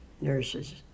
nurses